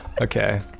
Okay